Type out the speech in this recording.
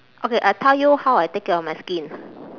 okay I tell you how I take care of my skin